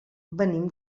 venim